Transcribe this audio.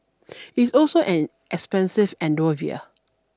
it's also an expensive endeavour